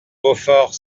beaufort